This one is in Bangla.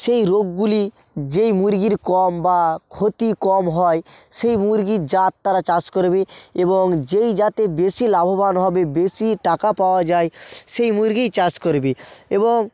সেই রোগগুলি যেই মুরগির কম বা ক্ষতি কম হয় সেই মুরগির জাত তারা চাষ করবে এবং যেই জাতে বেশি লাভবান হবে বেশি টাকা পাওয়া যায় সেই মুরগিই চাষ করবে এবং